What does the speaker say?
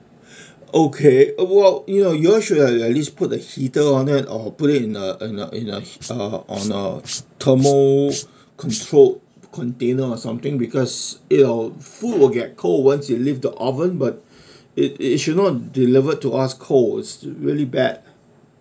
okay uh well you know y'all should have at least put the heater on it or put in a in a uh on a thermo controlled container or something because it will food will get cold once you leave the oven but it it should not delivered to us cold it's really bad